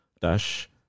dash